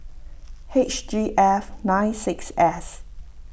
H G F nine six S